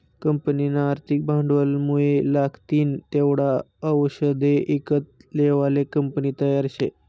कंपनीना आर्थिक भांडवलमुये लागतीन तेवढा आवषदे ईकत लेवाले कंपनी तयार शे